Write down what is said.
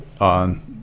on